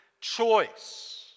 choice